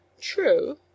True